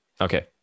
okay